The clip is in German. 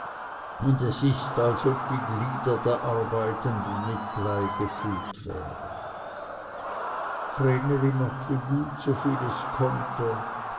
und es ist als ob die glieder der arbeitenden mit blei gefüllt wären vreneli machte gut so viel es konnte